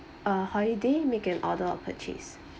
uh holiday make an order of purchase